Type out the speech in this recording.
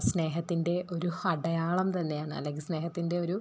സ്നേഹത്തിൻ്റെ ഒരു അടയാളം തന്നെയാണ് അല്ലെങ്കിൽ സ്നേഹത്തിൻ്റെ ഒരു